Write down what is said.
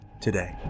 today